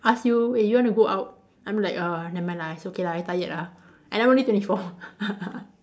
ask you eh you want to go out I'm like uh never mind lah it's okay lah I tired ah and I'm only twenty four